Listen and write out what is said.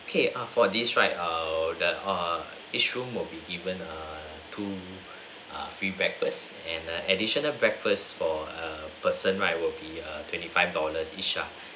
okay ah for these right err that err each room will be given err two err free breakfast and a additional breakfast for a person right will be err twenty five dollars each ya